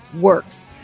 Works